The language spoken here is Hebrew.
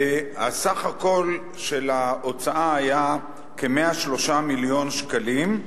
וסך כל ההוצאה היה כ-103 מיליון שקלים.